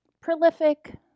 prolific